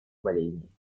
болезней